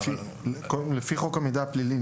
לפי חוק המידע הפלילי,